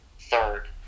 third